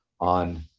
on